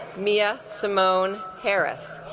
mia simone harris